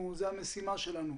זו המשימה שלנו,